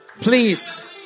Please